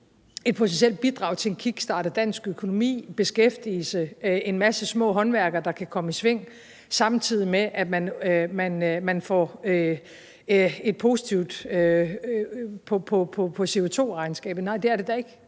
et potentielt bidrag til en kickstart af dansk økonomi, beskæftigelse, en masse små håndværkere, der kan komme i sving, samtidig med at man får et positivt udkomme på CO2-regnskabet? Nej, det er det da ikke,